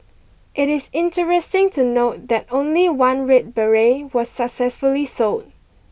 it is interesting to note that only one red beret was successfully sold